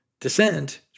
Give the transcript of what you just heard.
descent